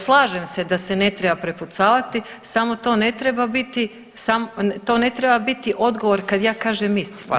Slažem se da se ne treba prepucavati, samo to ne treba biti to ne treba biti odgovor kad ja kažem istinu.